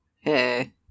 Hey